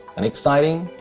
and exciting.